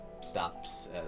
stops